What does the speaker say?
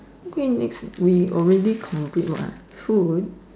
okay next we already complete what ah food